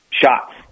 shots